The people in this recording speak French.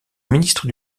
ministre